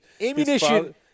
ammunition